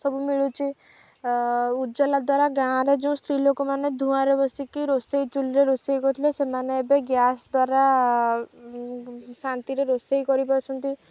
ସବୁ ମିଳୁଛି ଉଜାଲା ଦ୍ୱାରା ଗାଁରେ ଯେଉଁ ସ୍ତ୍ରୀ ଲୋକମାନେ ଧୂଆଁରେ ବସିକି ରୋଷେଇ ଚୁଲିରେ ରୋଷେଇ କରୁଥିଲେ ସେମାନେ ଏବେ ଗ୍ୟାସ୍ ଦ୍ୱାରା ଶାନ୍ତିରେ ରୋଷେଇ କରିପାରୁଛନ୍ତି